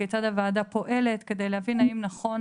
כיצד הוועדה הפועלת כדי להבין האם נכון